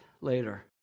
later